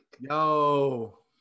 Yo